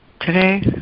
Today